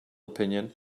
opinion